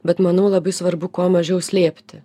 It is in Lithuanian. bet manau labai svarbu kuo mažiau slėpti